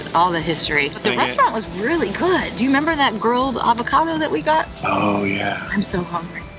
all the history. but the restaurant was really good. do you remember that grilled avocado that we got? oh, yeah. i'm so hungry.